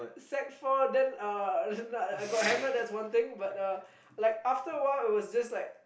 sec four then uh no I got hammered that's one thing but uh like after awhile it was just like